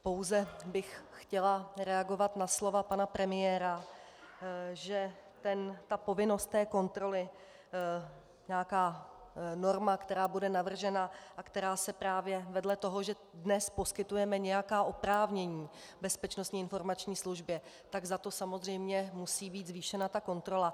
Pouze bych chtěla reagovat na slova pana premiéra, že povinnost kontroly, nějaká norma, která bude navržena a která se právě vedle toho, že dnes poskytujeme nějaká oprávnění Bezpečnostní informační službě, tak za to samozřejmě musí být zvýšena ta kontrola.